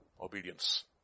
Obedience